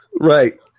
Right